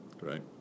Right